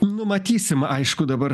nu matysim aišku dabar